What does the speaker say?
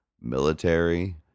military